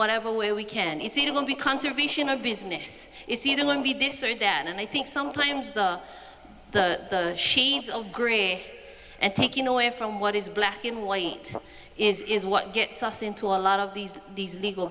whatever way we can is it will be conservation of business it's either going to be this or that and i think sometimes the the sheaves of gray and taking away from what is black and white is is what gets us into a lot of these these legal